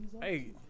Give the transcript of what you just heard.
Hey